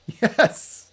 Yes